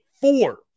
four